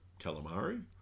calamari